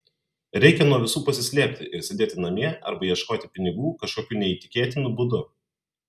reikia nuo visų pasislėpti ir sėdėti namie arba ieškoti pinigų kažkokiu neįtikėtinu būdu